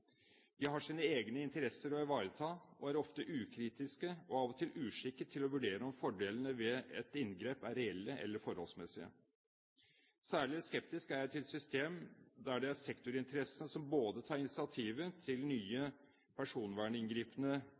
De har sine egne interesser å ivareta og er ofte ukritiske og av og til uskikket til å vurdere om fordelene ved et inngrep er reelle eller forholdsmessige. Særlig skeptisk er jeg til system der det er sektorinteressene som både tar initiativet til nye